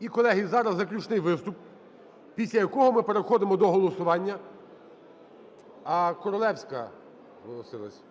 І, колеги, зараз заключний виступ, після якого ми переходимо до голосування. А? Королевська зголосилась.